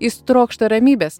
jis trokšta ramybės